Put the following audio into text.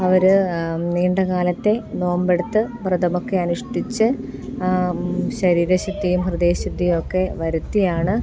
അവര് നീണ്ട കാലത്തെ നോമ്പെടുത്ത് വ്രതമൊക്കെ അനുഷ്ഠിച്ച് ശരീരശുദ്ധിയും ഹൃദയശുദ്ധിയും ഒക്കെ വരുത്തിയാണ്